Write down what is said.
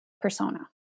persona